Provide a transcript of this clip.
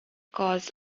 cause